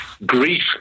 Grief